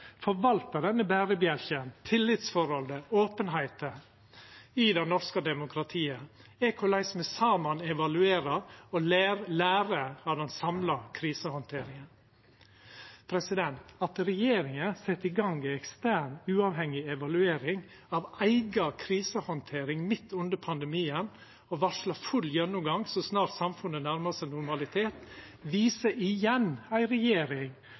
forvaltar denne berebjelken, tillitsforholdet og openheita i det norske demokratiet, er korleis me saman evaluerer og lærer av den samla krisehandteringa. At regjeringa set i gang ei ekstern, uavhengig evaluering av eiga krisehandtering midt under pandemien og varslar full gjennomgang så snart samfunnet nærmar seg normalitet, viser igjen ei regjering